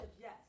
yes